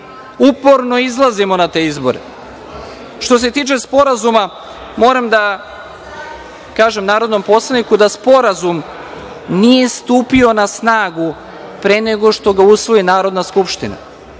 uporno izlazimo na te izbore. Što se tiče sporazuma moram da kažem narodnom poslaniku da sporazum nije stupio na snagu pre nego što ga usvoji Narodna skupština.